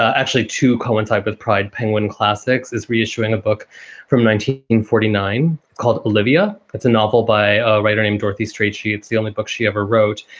actually, to coincide with pride, penguin classics is reissuing a book from nineteen forty nine called olivia. it's a novel by a writer named dorothy street. she it's the only book she ever wrote.